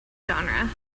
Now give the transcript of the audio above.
genre